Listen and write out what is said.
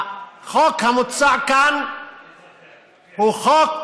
החוק המוצע כאן הוא חוק